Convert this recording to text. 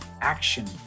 action